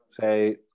say